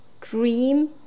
Dream